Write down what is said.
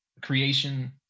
creation